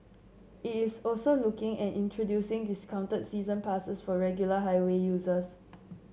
it is also looking at introducing discounted season passes for regular highway users